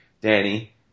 Danny